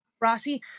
Rossi